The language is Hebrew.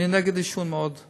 אני נגד עישון, מאוד,